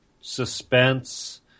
Suspense